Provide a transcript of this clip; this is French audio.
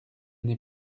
n’ai